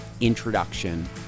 introduction